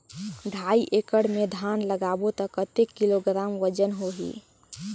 ढाई एकड़ मे धान लगाबो त कतेक किलोग्राम वजन होही?